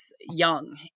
young